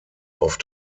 auf